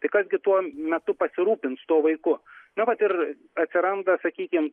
tai kas gi tuo metu pasirūpinti tuo vaiku na vat ir atsiranda sakykim